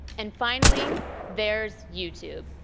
and finally there's, youtube.